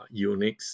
Unix